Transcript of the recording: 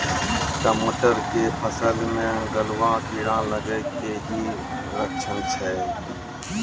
टमाटर के फसल मे गलुआ कीड़ा लगे के की लक्छण छै